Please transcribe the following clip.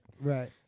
Right